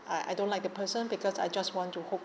I I don't like the person because I just want to hope